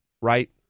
Right